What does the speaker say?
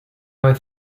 vez